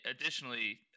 Additionally